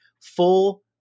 full